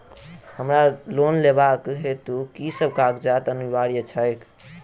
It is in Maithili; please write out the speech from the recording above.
हमरा लोन लेबाक हेतु की सब कागजात अनिवार्य छैक?